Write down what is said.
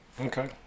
okay